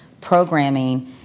programming